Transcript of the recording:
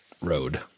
road